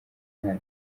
nta